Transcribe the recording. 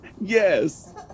yes